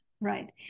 right